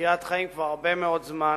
בקריית-חיים כבר הרבה מאוד זמן.